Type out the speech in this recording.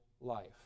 life